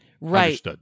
right